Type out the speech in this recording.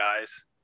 guys